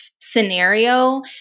scenario